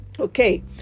Okay